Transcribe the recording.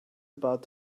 about